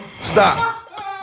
stop